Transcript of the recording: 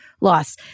loss